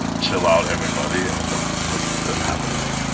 chill out, everybody. but this still happens.